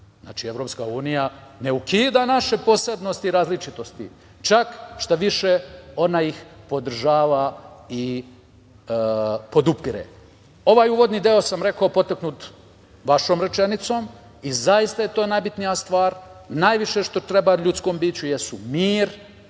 Znači, EU ne ukida naše posebnosti i različitosti, čak šta više, ona ih podržava i podupire. Ovaj uvodni deo sam rekao potaknut vašom rečenicom i zaista je to najbitnija stvar, najviše što treba ljudskom biću jesu mir